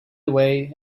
away